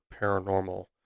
paranormal